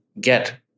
get